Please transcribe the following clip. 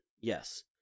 yes